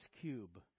cube